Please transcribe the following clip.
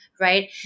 right